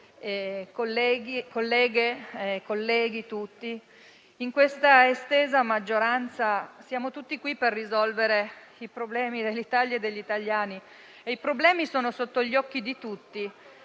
Presidente, colleghe e colleghi tutti, in questa estesa maggioranza siamo tutti qui per risolvere i problemi dell'Italia e degli italiani. I problemi sono sotto gli occhi di tutti,